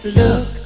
look